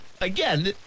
again